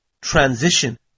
transition